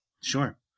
Sure